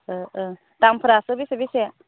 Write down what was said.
औ औ दामफोरासो बेसे बेसे